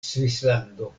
svislando